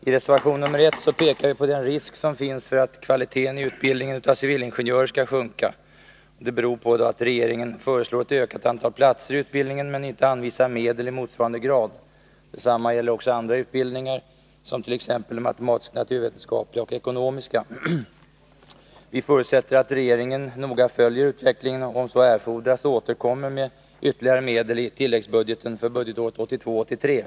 I reservation 1 pekar vi på den risk som finns för att kvaliteten i utbildningen av civilingenjörer sjunker på grund av att regeringen föreslår ett ökat antal platser i utbildningen men inte anvisar medel i motsvarande grad. Detsamma gäller också andra utbildningar, t.ex. matematisk-naturvetenskapliga och ekonomiska. Vi förutsätter att regeringen noga följer utvecklingen och om så erfordras återkommer med ytterligare medel i tilläggsbudget för budgetåret 1982/ 83.